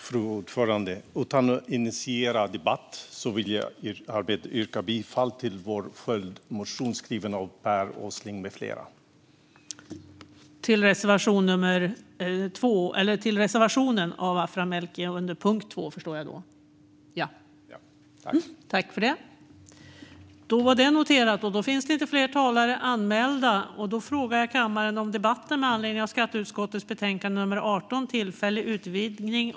Fru talman! Utan att initiera en debatt vill jag yrka bifall till vår följdmotion, skriven av Per Åsling med flera. Jag yrkar alltså bifall till min reservation under punkt 2.